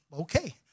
okay